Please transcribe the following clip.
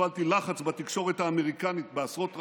הפעלתי לחץ בתקשורת האמריקנית בעשרות ראיונות,